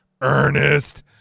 Ernest